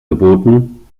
geboten